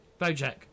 Bojack